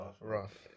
rough